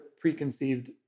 preconceived